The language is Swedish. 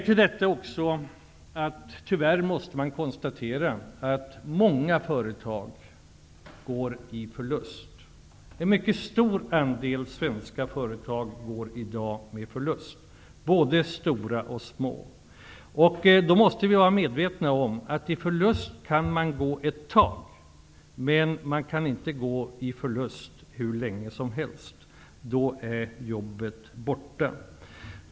Till detta kan också läggas att vi i dag måste konstatera att en mycket stor andel både stora och små svenska företag går med förlust. Man kan gå med förlust ett tag, men inte hur länge som helst, då är jobben borta. Det måste vi vara medvetna om.